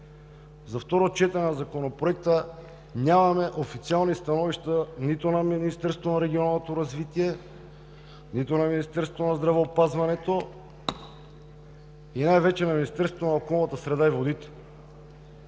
За второ четене на Законопроекта нямаме официални становища нито на Министерството на регионалното развитие, нито на Министерството на здравеопазването и най-вече на Министерството на околната среда и водите.